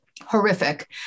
horrific